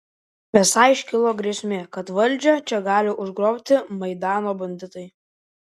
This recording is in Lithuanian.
esą iškilo grėsmė kad valdžią čia gali užgrobti maidano banditai